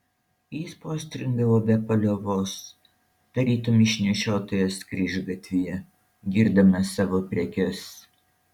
jis postringavo be paliovos tarytum išnešiotojas kryžgatvyje girdamas savo prekes